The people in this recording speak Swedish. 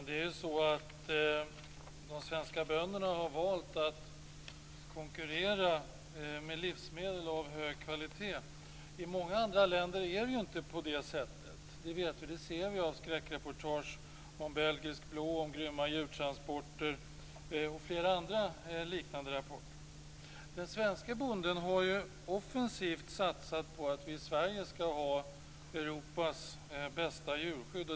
Herr talman! De svenska bönderna har valt att konkurrera med livsmedel av hög kvalitet. I många andra länder är det inte på det sättet. Det ser vi av skräckreportage om belgisk blå, om grymma djurtransporter och flera andra liknande rapporter. Den svenske bonden har ju offensivt satsat på att vi i Sverige skall ha Europas bästa djurskydd.